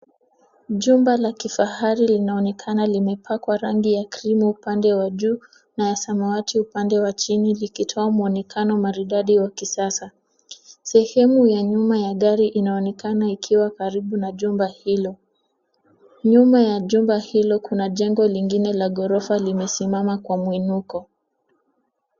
Jumba la kifahari linaonekana limepakwa rangi ya krimu upande wa juu na ya samawati upande wa chini likitoa mwonekano maridadi wa kisasa. Sehemu ya nyuma ya gari inaonekana ikiwa karibu na jumba hilo. Nyuma ya jumba hilo kuna jengo lingine la ghorofa limesimama kwa muinuko.